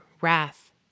wrath